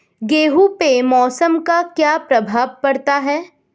गेहूँ पे मौसम का क्या प्रभाव पड़ता है?